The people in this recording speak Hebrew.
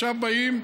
עכשיו באים,